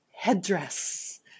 headdress